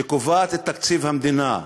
שקובעת את תקציב המדינה,